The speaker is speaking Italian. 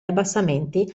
abbassamenti